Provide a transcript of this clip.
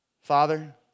Father